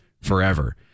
forever